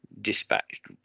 dispatched